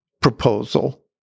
proposal